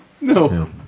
no